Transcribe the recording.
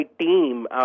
team